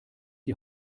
die